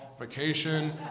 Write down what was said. vacation